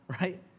right